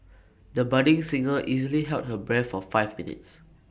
the budding singer easily held her breath for five minutes